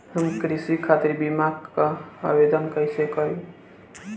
हम कृषि खातिर बीमा क आवेदन कइसे करि?